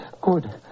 Good